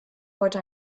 heute